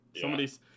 Somebody's